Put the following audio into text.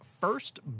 first